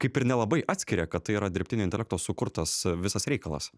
kaip ir nelabai atskiria kad tai yra dirbtinio intelekto sukurtas visas reikalas